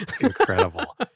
Incredible